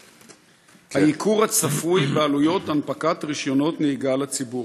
הייקור הצפוי בעלויות הנפקת רישיונות נהיגה לציבור,